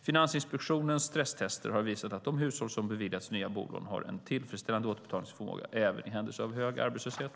Finansinspektionens stresstester har visat att de hushåll som beviljats nya bolån har en tillfredsställande återbetalningsförmåga, även i händelse av hög arbetslöshet.